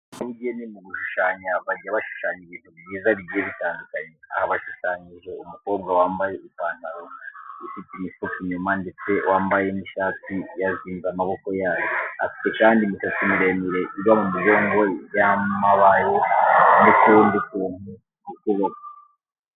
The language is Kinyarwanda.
Abanyabugeni mu gushushanya bajya bashushanya ibintu byiza bigiye bitandukanye. Aha bashushanyije umukobwa wambaye ipantalo ifite imifuka inyuma ndetse wambaye n'ishati yazinze amaboko yayo. Afite kandi imisatsi miremire igwa mu mugongo yamabaye n'utundi tuntu ku kuboko.